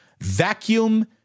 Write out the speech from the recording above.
vacuum